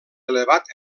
elevat